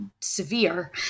severe